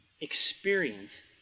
experience